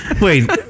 Wait